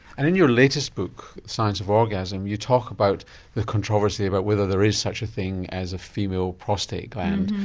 and in your latest book, the science of orgasm, you talk about the controversy about whether there is such a thing as a female prostate gland,